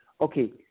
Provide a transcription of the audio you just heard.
okay